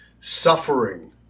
suffering